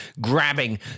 grabbing